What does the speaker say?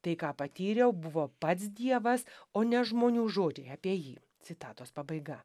tai ką patyriau buvo pats dievas o ne žmonių žodžiai apie jį citatos pabaiga